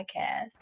Podcast